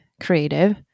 creative